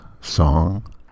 song